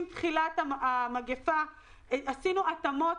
מתחילת המגיפה עשינו התאמות,